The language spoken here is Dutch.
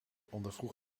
ondervroeg